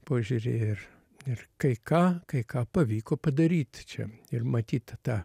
požiūrį ir ir kai ką kai ką pavyko padaryt čia ir matyt ta